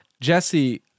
jesse